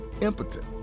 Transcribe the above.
impotent